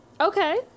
Okay